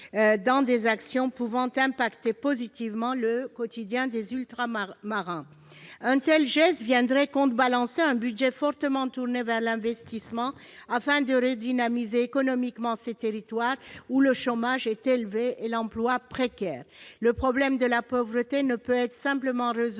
dans des actions pouvant impacter positivement le quotidien des Ultramarins. Un tel geste viendrait contrebalancer un budget fortement tourné vers l'investissement afin de redynamiser économiquement ces territoires, où le chômage est élevé et l'emploi précaire. Le problème de la pauvreté ne peut être simplement résolu